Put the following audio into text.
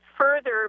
further